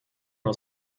aus